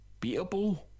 beatable